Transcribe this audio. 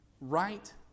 right